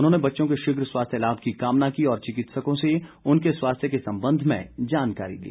उन्होंने बच्चों के शीघ्र स्वास्थ्य लाम की कामना की और चिकित्सकों से उनके स्वास्थ्य के संबंध में जानकारी ली